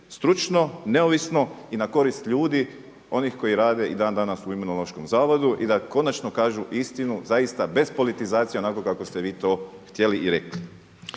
stručno, neovisno i na korist ljudi onih koji rade i dan danas u Imunološkom zavodu i da konačno kažu istinu zaista bez politizacije onako kako ste vi to htjeli i rekli.